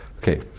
Okay